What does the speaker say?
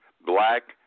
black